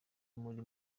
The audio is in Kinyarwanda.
muri